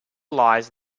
lies